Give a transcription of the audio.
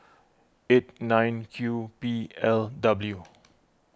eight nine Q P L W